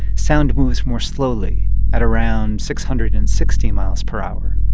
sound moves more slowly at around six hundred and sixty miles per hour.